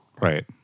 Right